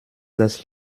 das